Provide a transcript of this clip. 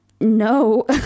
no